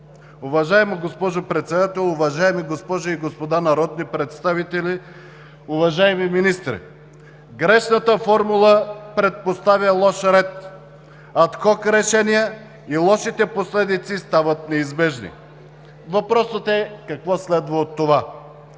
Уважаема госпожо Председател, уважаеми госпожи и господа народни представители, уважаеми министри! Грешната формула предпоставя лош ред, адхок решения и лошите последици стават неизбежни. Въпросът е: какво следва от това?